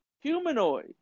humanoid